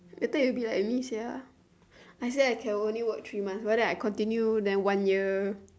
later you will be like me sia I say I can only work three month but then I continue then one year